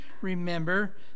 remember